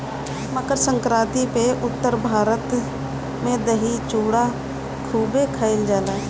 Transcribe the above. मकरसंक्रांति पअ उत्तर भारत में दही चूड़ा खूबे खईल जाला